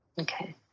Okay